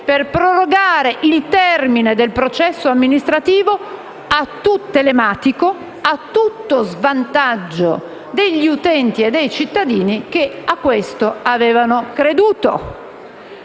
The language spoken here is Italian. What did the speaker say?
per prorogare il termine del processo amministrativo telematico, a tutto svantaggio degli utenti e dei cittadini che a questo avevano creduto.